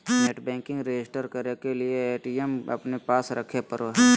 net banking register करे के लिए ए.टी.एम अपने पास रखे पड़ो हइ